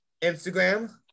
instagram